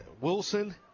Wilson